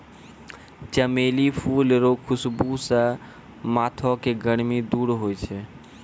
चमेली फूल रो खुशबू से माथो के गर्मी दूर होय छै